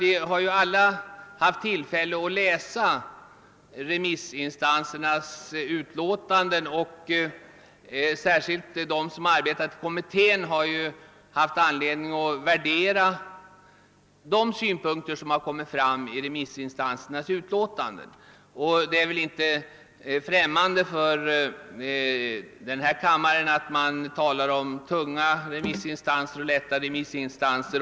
Vi har ju alla haft tillfälle att läsa remissinstansernas yttranden. Särskilt de som arbetat i kommitten har haft anledning att värdera de synpunkter som kommit fram i dessa yttranden, och det är väl inte obekant för denna kammare att man talar om tunga och lätta remissinstanser.